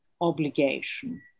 obligation